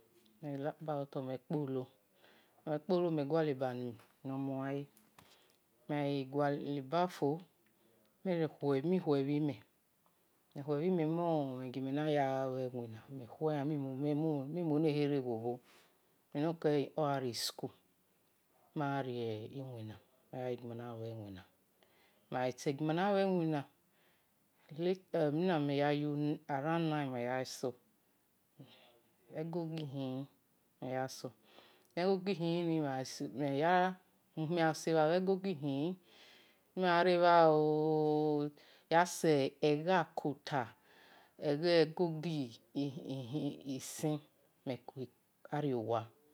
Mhen ya-kpa bho-to mhen kpolo mhen gualeba nimhen-yan-le, mhen gha gualebafo mhen khue ibhime mhen ghan-khue iyan mi mue-lekhere bho-bho mo-mhen egi-mhen-na-lue iwina eno-kele ogha ri-school mi gha re-ighi mhen nalue iwina, mhen-gha si-iwina around 9am ego go ihini mhen yah so ego go ihini, eni-ego go-ihini mhen gha re-bha ye se egha-kota ege-egogo mhen kue ariowa.